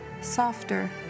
softer